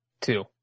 Two